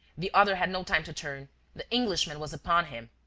the other had no time to turn the englishman was upon him.